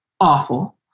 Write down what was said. awful